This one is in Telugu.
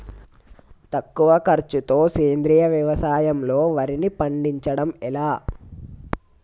తక్కువ ఖర్చుతో సేంద్రీయ వ్యవసాయంలో వారిని పండించడం ఎలా?